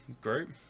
group